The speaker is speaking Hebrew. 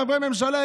חברי הממשלה,